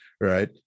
right